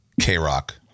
K-Rock